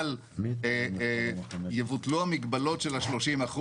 אבל יבוטלו המגבלות של ה-30%,